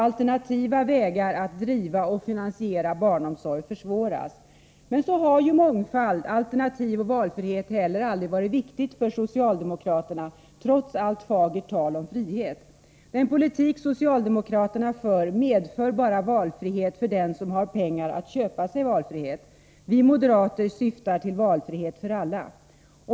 Alternativa vägar att driva och finansiera barnomsorg försvåras. Men så har ju mångfald, alternativ och valfrihet heller aldrig varit viktigt för socialdemokraterna, trots allt fagert tal om frihet. Den politik socialdemokraterna för medför valfrihet bara för dem som har pengar att köpa sig valfrihet. Vi moderater syftar till valfrihet för alla.